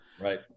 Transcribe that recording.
Right